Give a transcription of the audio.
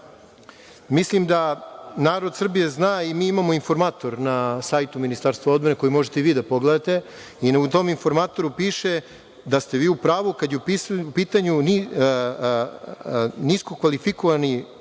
mislim da narod Srbije zna i mi imamo informator na sajtu Ministarstva odbrane, koji možete i vi da pogledate, gde piše da ste u pravu kada je u pitanju nisko kvalifikovani